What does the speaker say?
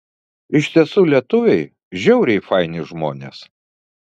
iš tiesų lietuviai žiauriai faini žmonės